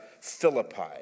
Philippi